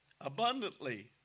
abundantly